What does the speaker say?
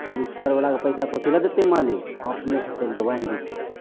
कहली छड़वलाके पइसा कथीलए देतै मालिक हम अपनेसँ चढ़िकऽ बान्हि दै छिए